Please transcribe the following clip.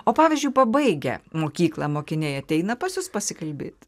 o pavyzdžiui pabaigę mokyklą mokiniai ateina pas jus pasikalbėt